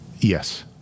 Yes